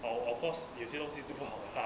or of course 有些东西是不好的大